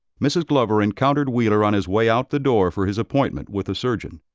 mrs. glover encountered wheeler on his way out the door for his appointment with the surgeon.